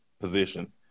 position